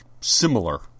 similar